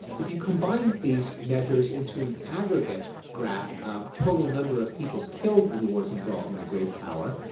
if you combine these measures into an aggregate graph of total number of people killed in wars involving a great power,